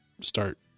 start